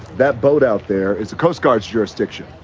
that boat out there is the coast guard's jurisdiction.